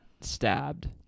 stabbed